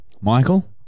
Michael